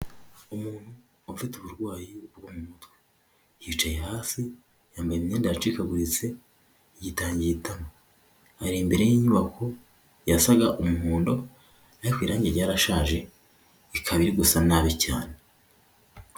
Umuntu ufite uburwayi bwo mu mutwe yicaye hasi yambaye imyenda yacikaguritse, yitangiye itama, ari imbere y'ingabo yasaga umuhondo ariko irange ryarashaje, aka aba ari gusa nabi cyane.